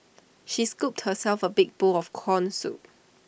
she scooped herself A big bowl of Corn Soup